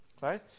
Right